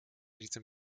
diesem